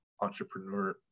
entrepreneur